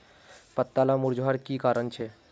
पत्ताला मुरझ्वार की कारण छे?